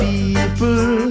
people